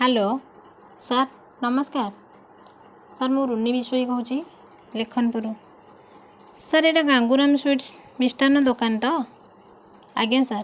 hello sir ନମସ୍କାର sir ମୁଁ ରୁନି ବିଶୋଇ କହୁଛି ଲେଖନପୁର ରୁ ସାର୍ ଏଇଟା ଗାଙ୍ଗୁରାମ ସ୍ଵୀଟସ୍ ମିଷ୍ଟାନ୍ନ ଦୋକାନ ତ ଆଜ୍ଞା ସାର୍